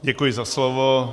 Děkuji za slovo.